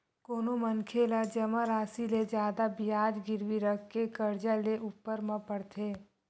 कोनो मनखे ला जमा रासि ले जादा के बियाज गिरवी रखके करजा लेय ऊपर म पड़थे